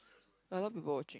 got a lot of people watching